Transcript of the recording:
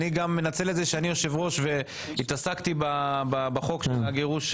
אני גם מנצל את זה שאני יושב-ראש והתעסקתי בחוק של הגירוש.